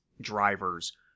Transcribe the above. drivers